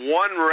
one